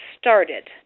started